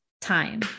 time